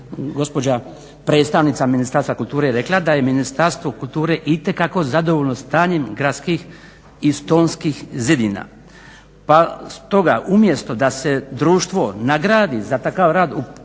gospođa predstavnica Ministarstva kulture je rekla da je Ministarstvo kulture itekako zadovoljno stanjem gradskih i Stonskih zidina. Pa stoga umjesto da se društvo nagradi za takav rad u proteklih